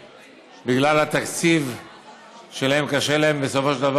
שבגלל התקציב שלהן, קשה להן בסופו של דבר